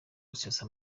gusesa